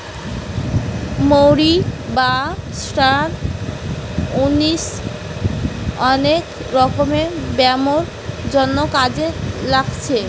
মৌরি বা star anise অনেক রকমের ব্যামোর জন্যে কাজে লাগছে